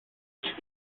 stand